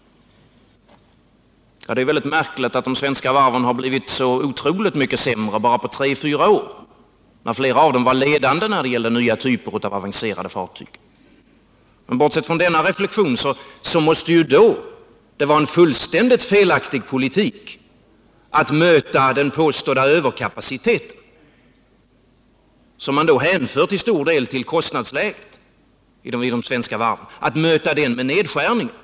Det är väldigt märkligt att de svenska varven har blivit så otroligt mycket sämre bara på tre fyra år när flera av dem tidigare var ledande när det gällde nya typer av avancerade fartyg. Bortsett från den reflexionen måste det vara en fullständigt felaktig politik att möta den påstådda överkapaciteten, som man till stor del hänför till kostnadsläget vid de svenska varven, med nedskärningar.